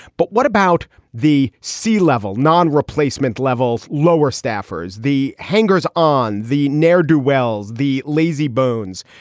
but what about the sea level, non replacement levels, lower staffers, the hangers on, the ne'er do wells, the lazy bones?